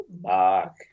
mark